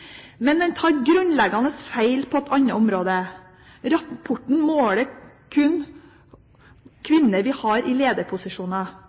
Men den tar grunnleggende feil på et annet område. Rapporten måler kun